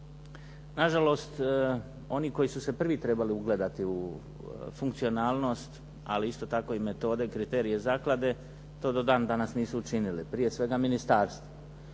Nažalost, oni koji su se prvi trebali ugledati u funkcionalnost ali isto tako i metode i kriterije zaklade to do dan danas nisu učinili prije svega ministarstvo.